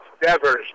Devers